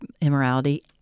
immorality